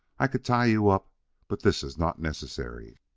i could tie you up but this iss not necessary.